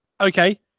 okay